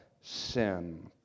sin